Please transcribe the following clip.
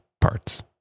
parts